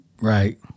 Right